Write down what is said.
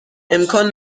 امکان